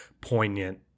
poignant